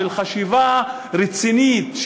של חשיבה רצינית,